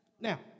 Now